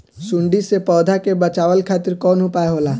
सुंडी से पौधा के बचावल खातिर कौन उपाय होला?